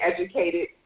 educated